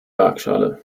waagschale